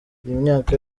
myaka